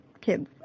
kids